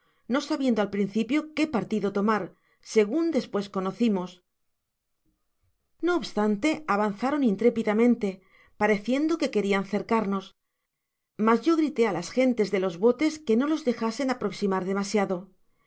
no sabiendo al principio que partido tomar segun despues conocimos no obstante avanzaron intrépidamente pareciendo que querian cercarnos mas yo grité á las gente de los botes que no los dejasen aproximar demasiado